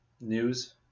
news